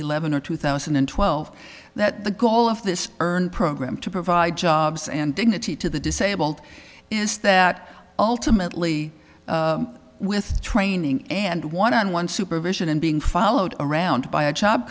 eleven or two thousand and twelve that the goal of this earn program to provide jobs and dignity to the disabled is that ultimately with training and one on one supervision and being followed around by a